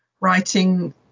writing